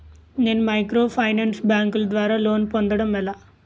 నేను మైక్రోఫైనాన్స్ బ్యాంకుల ద్వారా లోన్ పొందడం ఎలా?